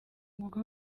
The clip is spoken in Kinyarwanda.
umwuga